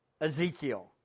Ezekiel